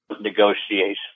negotiation